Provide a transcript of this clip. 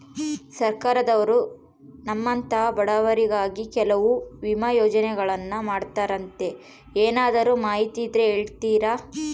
ಸರ್ಕಾರದವರು ನಮ್ಮಂಥ ಬಡವರಿಗಾಗಿ ಕೆಲವು ವಿಮಾ ಯೋಜನೆಗಳನ್ನ ಮಾಡ್ತಾರಂತೆ ಏನಾದರೂ ಮಾಹಿತಿ ಇದ್ದರೆ ಹೇಳ್ತೇರಾ?